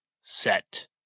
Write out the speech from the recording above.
set